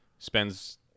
Spends